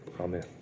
Amen